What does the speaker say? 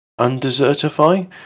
undesertify